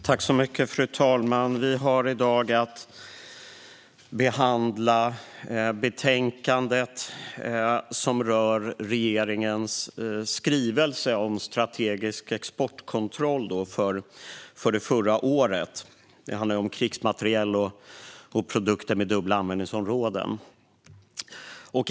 Fru talman! Vi har i dag att behandla det betänkande som rör regeringens skrivelse om strategisk exportkontroll förra året. Det handlar om krigsmateriel och produkter med dubbla användningsområden.